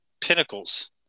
pinnacles